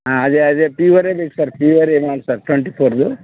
ಹಾಂ ಅದೆ ಅದೆ ಪ್ಯೂವರ್ ಅದೇ ಸರ್ ಪ್ಯೂವರ್ ಏನು ಸರ್ ಟ್ವೆಂಟಿ ಫೋರ್ದು